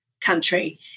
country